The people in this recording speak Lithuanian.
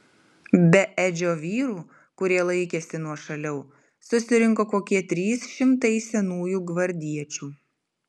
be edžio vyrų kurie laikėsi nuošaliau susirinko kokie trys šimtai senųjų gvardiečių